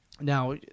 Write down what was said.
Now